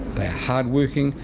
they're hard working.